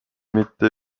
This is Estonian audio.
mitte